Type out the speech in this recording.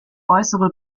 äußere